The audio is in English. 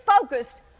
focused